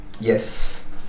Yes